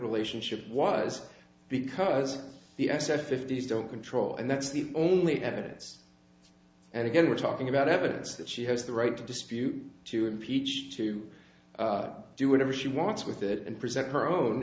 relationship was because of the access fifty's don't control and that's the only evidence and again we're talking about evidence that she has the right to dispute to impeach to do whatever she wants with it and present her own